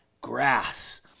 grass